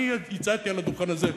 אני הצעתי על הדוכן הזה,